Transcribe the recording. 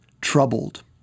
Troubled